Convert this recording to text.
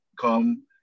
come